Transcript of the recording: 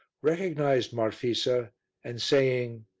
recognized marfisa and saying,